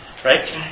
Right